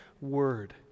word